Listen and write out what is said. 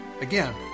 Again